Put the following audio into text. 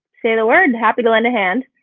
say the word. and happy to lend a hand.